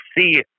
see